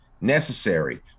necessary